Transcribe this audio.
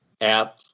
app